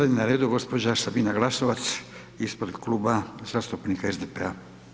Sad je na redu gđa. Sabina Glasovac ispred Kluba zastupnika SDP-a.